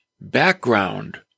background